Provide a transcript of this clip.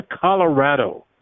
Colorado